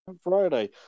Friday